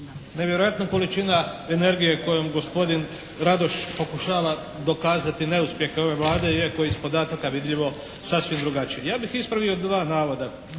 Nevjerojatna količina energije kojom gospodin Radoš pokušava dokazati neuspjehe ove Vlade iako je iz podataka vidljivo sasvim drugačije. Ja bih ispravio dva navoda.